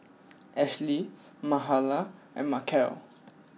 Ashlie Mahala and Markel